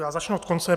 Já začnu od konce.